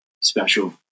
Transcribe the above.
special